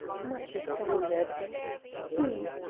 much astounded he,